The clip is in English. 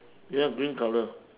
ya green colour